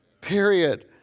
period